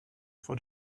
for